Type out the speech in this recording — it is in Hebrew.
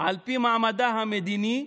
על פי מעמדה המדיני,